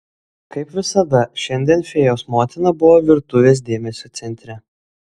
kaip visada šiandien fėjos motina buvo virtuvės dėmesio centre